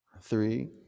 three